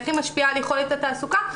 איך היא משפיעה על יכולת התעסוקה,